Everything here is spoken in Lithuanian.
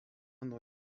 nuo